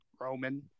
Roman